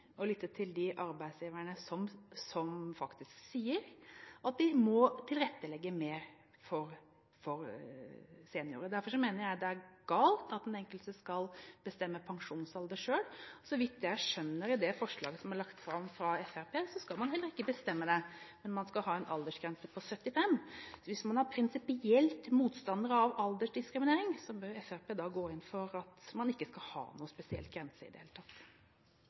å lytte til de arbeidsgiverne som faktisk sier at de må tilrettelegge mer for seniorer. Derfor mener jeg det er galt at den enkelte skal bestemme pensjonsalder selv. Så vidt jeg skjønner av det forslaget som er lagt fram av Fremskrittspartiet, skal man heller ikke bestemme det, men man skal ha en aldersgrense på 75 år. Så hvis man er prinsipiell motstander av aldersdiskriminering, bør Fremskrittspartiet gå inn for at man ikke skal ha noen spesiell grense i det hele tatt.